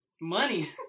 Money